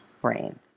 brain